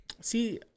See